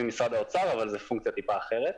במשרד האוצר אבל זו פונקציה טיפה אחרת.